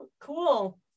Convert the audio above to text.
cool